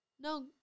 No